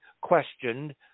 questioned